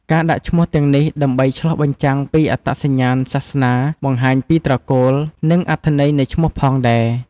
ការដាក់ឈ្មោះទាំងនេះដើម្បីឆ្លុះបញ្ចាំងពីអត្តសញ្ញាណសាសនា បង្ហាញពីត្រកូល និងអត្ថន័យនៃឈ្មោះផងដែរ។